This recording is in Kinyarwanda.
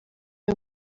y’u